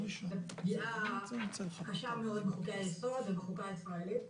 זו פגיעה קשה מאוד בחוקי היסוד ובחוקה הישראלית.